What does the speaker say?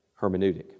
hermeneutic